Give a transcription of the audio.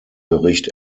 bericht